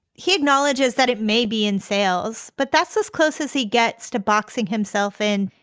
he acknowledges that it may be in sales, but that's as close as he gets to boxing himself in.